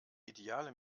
ideale